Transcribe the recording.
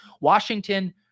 washington